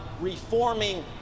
reforming